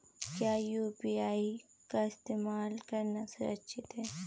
क्या यू.पी.आई का इस्तेमाल करना सुरक्षित है?